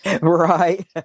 Right